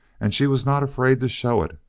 and she was not afraid to show it.